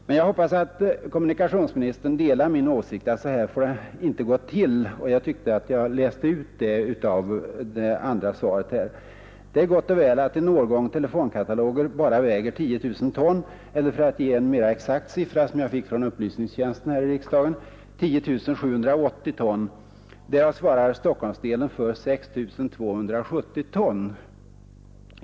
Men jag hoppas att kommunikationsministern delar min åsikt att så här får det inte gå till. Jag tyckte att jag kunde utläsa detta ur kommunikationsministern andra inlägg. Det är gott och väl att en årgång telefonkataloger bara väger 10 000 ton eller — för att ge en mera exakt siffra, som jag har fått från riksdagens upplysningstjänst — 10 780 ton. Därav svarar Stockholmsdelen för 6 270 ton.